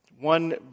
one